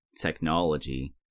technology